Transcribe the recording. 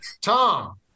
Tom